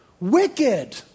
Wicked